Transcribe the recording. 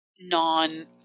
non